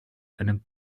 einem